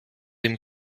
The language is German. dem